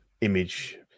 image